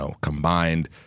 combined